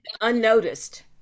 unnoticed